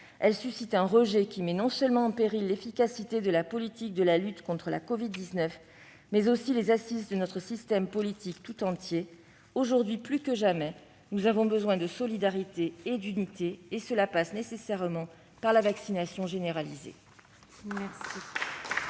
il suscite un rejet qui met en péril non seulement l'efficacité de la politique de lutte contre la covid-19, mais aussi les assises de notre système politique tout entier. Aujourd'hui, plus que jamais, nous avons besoin de solidarité et d'unité. Et cela passe nécessairement par la vaccination généralisée